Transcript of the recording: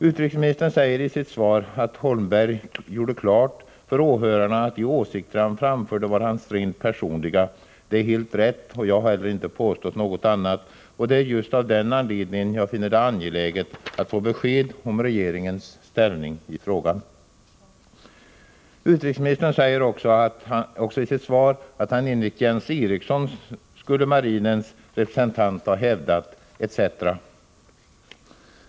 Utrikesministern säger i sitt svar att Holmberg gjorde klart för åhörarna att de åsikter han framförde var hans rent personliga. Det är helt rätt, och jag har heller inte påstått något annat. Det är just av den anledningen jag finner det angeläget att få besked om regeringens ställning i frågan. Utrikesministern säger också i sitt svar att marinens representant enligt Jens Eriksson skulle ha hävdat etc.